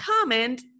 comment